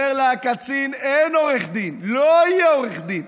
אומר לה הקצין: אין עורך דין, לא יהיה עורך דין.